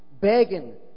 begging